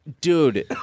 Dude